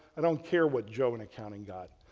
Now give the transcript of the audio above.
i don't care what joe in accounting got.